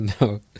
No